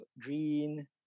green